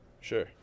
Sure